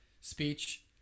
speech